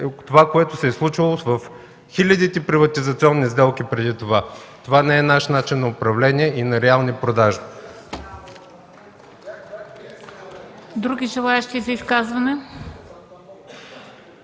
това, което се е случвало в хилядите приватизационни сделки преди това. Това не е наш начин на управление и на реални продажби. (Частични